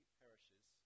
perishes